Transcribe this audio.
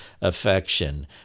affection